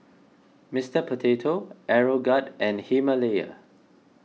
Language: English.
Mister Potato Aeroguard and Himalaya